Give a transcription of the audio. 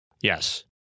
Yes